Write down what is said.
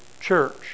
church